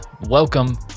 welcome